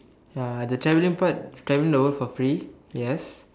ya the traveling part traveling the world for free yes